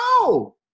no